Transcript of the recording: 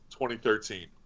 2013